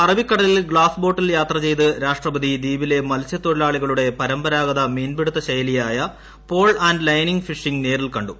അറബിക്കടലിൽ ഗ്ലാസ്ബോട്ടിൽ യാത്ര ചെയ്ത് രാഷ്ട്രപതി ദ്വീപിലെ മത്സ്യത്തൊഴിലാളികളുടെ പരമ്പരാഗത മീൻപിടുത്ത ശൈലിയായ പോൾ ആന്റ് ലൈനിംഗ് ഫിഷിംഗ് നേരിൽ കണ്ടു